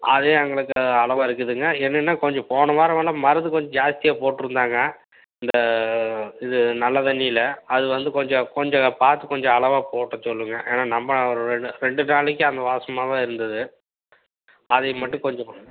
அதே எங்களுக்கு அளவாக இருக்குதுங்க என்னென்னா கொஞ்சம் போன வாரம் வேணா மருந்து கொஞ்சம் ஜாஸ்தியாக போட்டுருந்தாங்க இந்த இது நல்ல தண்ணியில அது வந்து கொஞ்சம் கொஞ்சம் பார்த்து கொஞ்சம் அளவாக போட சொல்லுங்கள் ஏன்னா நம்ம ஒரு ரெண்டு ரெண்டு நாளைக்கு அந்த வாசமாகவே இருந்துது அதை மட்டும் கொஞ்சம்